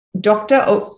doctor